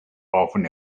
often